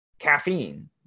caffeine